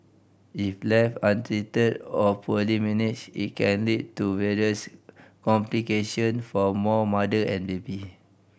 if left untreated or poorly managed it can lead to various complication for both mother and baby